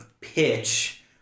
pitch